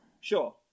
Sure